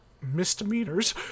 misdemeanors